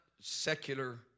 secular